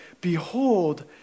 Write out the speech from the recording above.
behold